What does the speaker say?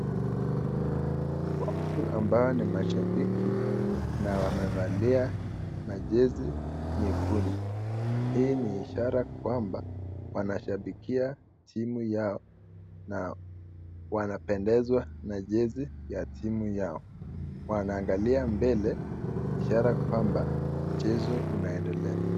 Watu ambao ni mashabiki na wamevalia majezi nyekundu, hii ni ishara kwamba wanashabikia timu yao na wanapendezwa na jezi ya timu yao. Wanaangalia mbele ishara kwamba mchezo unaendelea.